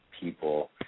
people